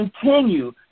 continue